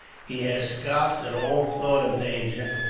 he has scoffed at all thought of danger,